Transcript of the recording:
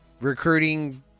recruiting